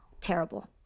Terrible